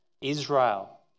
Israel